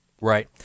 Right